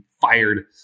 fired